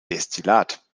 destillat